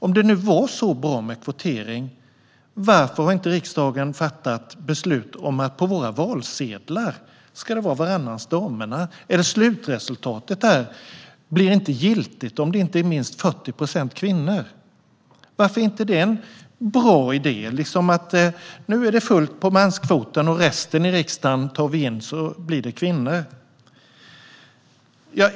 Om det nu vore så bra med kvotering, varför har inte riksdagen fattat beslut om att det ska vara varannan damernas på våra valsedlar, eller att slutresultatet inte blir giltigt om det inte är minst 40 procent kvinnor? Varför är inte det en bra idé? Nu är det fullt i manskvoten, och resten av riksdagsledamöterna blir kvinnor.